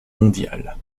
mondiales